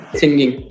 singing